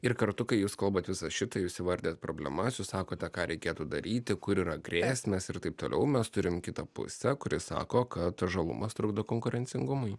ir kartu kai jūs kalbat visą šitą jūs įvardijat problemas jūs sakote ką reikėtų daryti kur yra grėsmės ir taip toliau mes turim kitą pusę kuri sako kad žalumas trukdo konkurencingumui